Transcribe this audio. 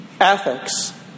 Ethics